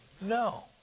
No